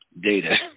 data